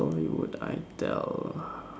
story would I tell ah